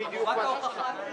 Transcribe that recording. חובת ההוכחה עלינו.